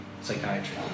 psychiatry